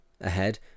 Ahead